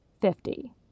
fifty